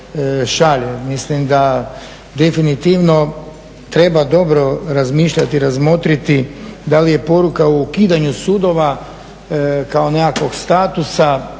Mislim da definitivno treba dobro razmišljati, razmotriti da li je poruka o ukidanju sudova kao nekakvog statusa